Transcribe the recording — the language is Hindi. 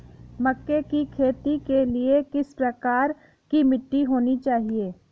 मक्के की खेती के लिए किस प्रकार की मिट्टी होनी चाहिए?